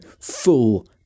full